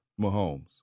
Mahomes